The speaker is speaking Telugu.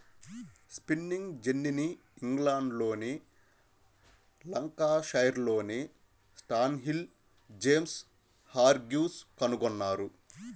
స్పిన్నింగ్ జెన్నీని ఇంగ్లండ్లోని లంకాషైర్లోని స్టాన్హిల్ జేమ్స్ హార్గ్రీవ్స్ కనుగొన్నారు